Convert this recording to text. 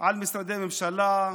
על משרדי ממשלה,